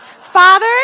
father